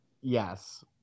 yes